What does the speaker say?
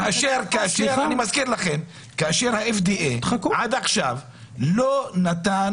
אני מזכיר לכם שכאשר ה-FDA עד עכשיו לא נתן